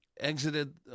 exited